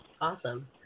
Awesome